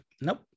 nope